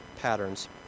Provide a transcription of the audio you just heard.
patterns